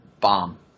bomb